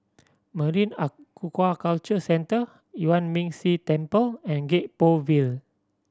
Marine Aquaculture Centre Yuan Ming Si Temple and Gek Poh Ville